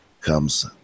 comes